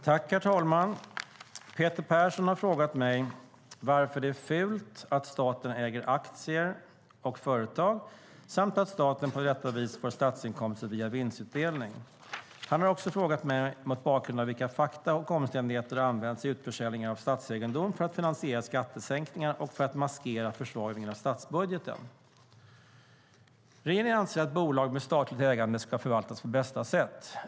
Herr talman! Peter Persson har frågat mig varför det är fult att staten äger aktier och företag samt att staten på detta vis får statsinkomster via vinstutdelning. Han har också frågat mig mot bakgrund av vilka fakta och omständigheter utförsäljningar av statsegendom används för att finansiera skattesänkningar och för att maskera försvagningen av statsbudgeten. Regeringen anser att bolag med statligt ägande ska förvaltas på bästa sätt.